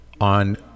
on